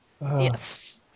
Yes